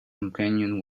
companion